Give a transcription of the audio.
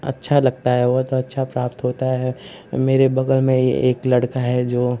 अच्छा लगता है बहुत अच्छा प्राप्त होता है मेरे बगल में ही एक लड़का है जो